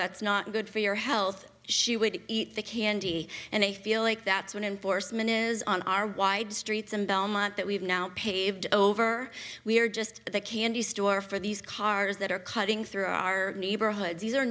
that's not good for your health she would eat the candy and they feel like that's what enforcement is on our wide streets and belmont that we have now paved over we are just the candy store for these cars that are cutting through our neighborhoods these are